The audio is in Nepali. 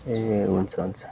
ए हुन्छ हुन्छ